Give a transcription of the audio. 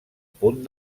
punt